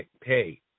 pay